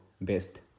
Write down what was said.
best